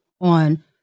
on